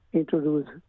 introduce